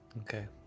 okay